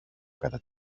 κατά